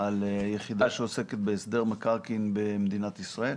על יחידה שעוסקת בהסדר מקרקעין במדינת ישראל?